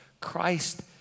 Christ